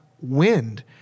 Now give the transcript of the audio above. wind